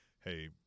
hey